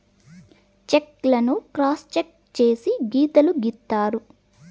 check లను cross check చేసి గీతలు గీత్తారు